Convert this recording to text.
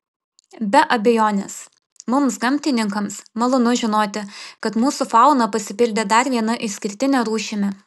be abejonės mums gamtininkams malonu žinoti kad mūsų fauna pasipildė dar viena išskirtine rūšimi